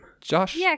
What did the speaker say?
Josh